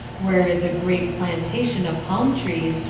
where is a great plantation of palm trees,